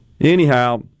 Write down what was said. Anyhow